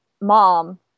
mom